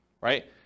right